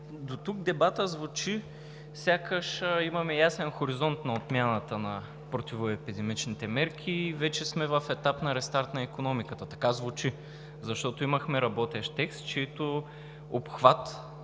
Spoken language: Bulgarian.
Дотук дебатът звучи сякаш имаме ясен хоризонт на отмяната на противоепидемичните мерки и вече сме в етап на рестарт на икономиката. Така звучи. Защото имахме работещ текст, чийто обхват